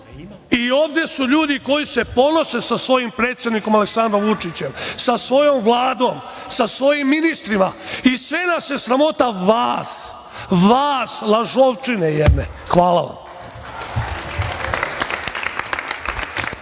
i ovde su ljudi koji se ponose sa svojim predsednikom Aleksandrom Vučiće, sa svojom Vladom, sa svojim ministrima i sve nas je sramota vas, vas lažovčine jedne. Hvala vam.